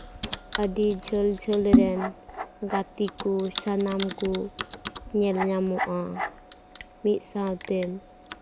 ᱟᱹᱰᱤ ᱡᱷᱟᱹᱞᱼᱡᱷᱟᱹᱞ ᱨᱮᱱ ᱜᱟᱛᱮ ᱠᱚ ᱥᱟᱱᱟᱢ ᱠᱚ ᱧᱮᱞ ᱧᱟᱢᱚᱜᱼᱟ ᱢᱤᱫ ᱥᱟᱶᱛᱮᱢ